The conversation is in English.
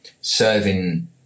serving